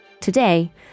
Today